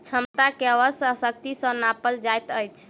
क्षमता के अश्व शक्ति सॅ नापल जाइत अछि